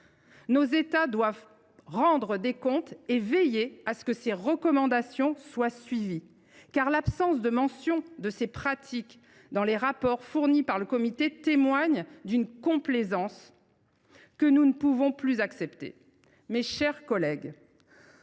convention doivent rendre des comptes et veiller à ce que toute recommandation soit suivie. L’absence de mention de ces pratiques dans les rapports fournis au Comité témoigne d’une complaisance que nous ne pouvons plus accepter. Mes chers collègues,